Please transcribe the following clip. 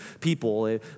people